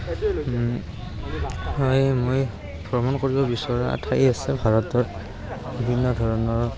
হয় মই ভ্ৰমণ কৰিব বিচৰা ঠাই আছে ভাৰতৰ বিভিন্ন ধৰণৰ